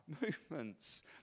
movements